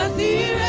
the